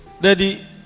daddy